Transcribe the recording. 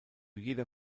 jeder